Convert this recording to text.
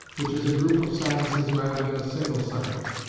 which is a group of sciences rather than a single science,